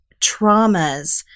traumas